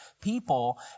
people